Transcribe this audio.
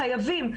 חייבים.